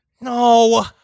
No